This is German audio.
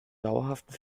dauerhaften